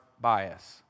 bias